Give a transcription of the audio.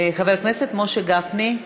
חבר הכנסת משה גפני?